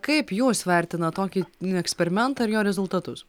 kaip jūs vertinat tokį eksperimentą ir jo rezultatus